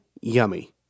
yummy